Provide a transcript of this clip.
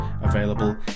available